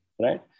Right